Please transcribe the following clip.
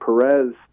Perez